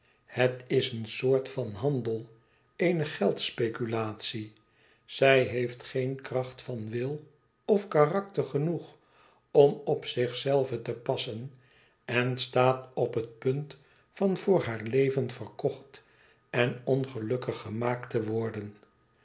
het is een soort van handel eene geldspeculatie zij heeft geen kracht van wil of karakter genoeg om op zich zelve te passen en staat op het punt van voor haar leven verkocht en ongelukkig gemaakt te worden